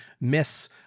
miss